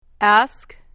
Ask